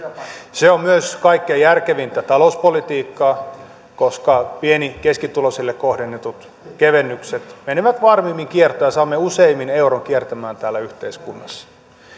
se on myös kaikkein järkevintä talouspolitiikkaa koska pieni ja keskituloisille kohdennetut kevennykset menevät varmimmin kiertoon ja silloin saamme useimmin euron kiertämään täällä yhteiskunnassa